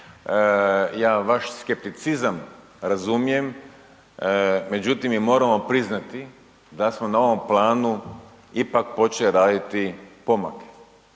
ja vaš skepticizam razumijem, međutim, mi moramo priznati da smo na ovom planu ipak počeli raditi pomake.